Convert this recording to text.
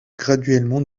graduellement